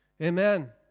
amen